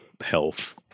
health